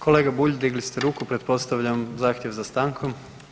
Kolega Bulj, digli ste ruku, pretpostavljam zahtjev za stankom.